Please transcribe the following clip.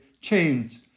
change